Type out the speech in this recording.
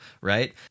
right